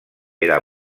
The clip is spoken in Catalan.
era